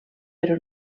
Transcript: però